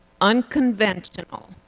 unconventional